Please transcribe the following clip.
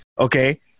Okay